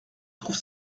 trouve